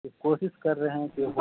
کوسس کر رہے ہیں کہ